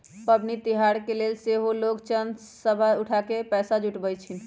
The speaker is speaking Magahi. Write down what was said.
पबनि तिहार के लेल सेहो लोग सभ चंदा उठा कऽ पैसा जुटाबइ छिन्ह